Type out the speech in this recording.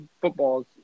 footballs